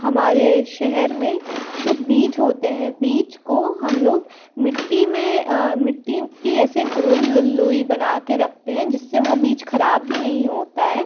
हमारे शहर में जो बीज होते हैं बीज को हम लोग मिट्टी में मिट्टी की ऐसे गोल लोई बना के रखते हैं जिससे वो बीज ख़राब भी नहीं होता है